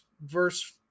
verse